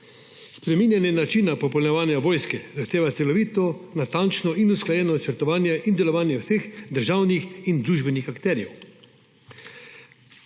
Spreminjanje načina popolnjevanja vojske zahteva celovito, natančno in usklajeno načrtovanje in delovanje vseh državnih in družbenih akterjev.